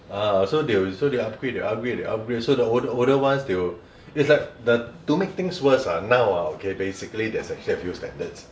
ah so they'll they'll upgrade they'll upgrade they'll upgrade so the ol~ older ones they will it's like the to make things worse ah now ah there's basically a few standards